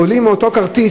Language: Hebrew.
עולים עם אותו כרטיס,